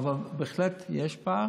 בהחלט יש פער,